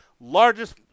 largest